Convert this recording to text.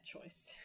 choice